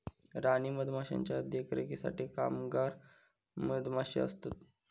राणी मधमाशीच्या देखरेखीसाठी कामगार मधमाशे असतत